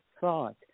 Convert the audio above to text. thought